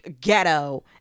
ghetto